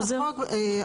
הצעת החוק עברה,